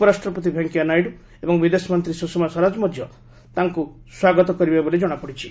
ଉପରାଷ୍ଟ୍ରପତି ଭେଙ୍କିୟା ନାଇଡ଼ୁ ଏବଂ ବିଦେଶ ମନ୍ତ୍ରୀ ସୁଷମା ସ୍ୱରାଜ ମଧ୍ୟ ତାଙ୍କୁ ସାକ୍ଷାତ୍ କରିବେ ବୋଲି ଜଣାପଡ଼ିଛି